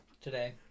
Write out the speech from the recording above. Today